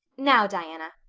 now, diana.